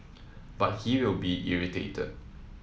but he will be irritated